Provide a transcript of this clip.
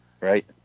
right